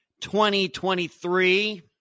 2023